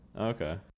Okay